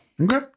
Okay